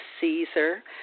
Caesar